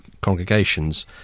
congregations